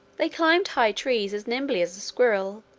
they climbed high trees as nimbly as a squirrel,